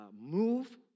move